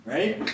Right